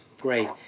great